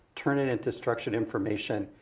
turn it into structured information,